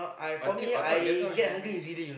I think I thought just now you